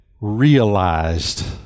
realized